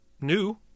new